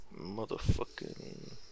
motherfucking